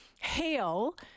Hail